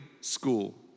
school